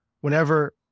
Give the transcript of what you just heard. whenever